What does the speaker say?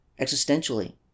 existentially